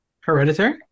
Hereditary